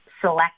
select